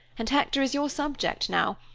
and hector is your subject now,